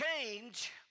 change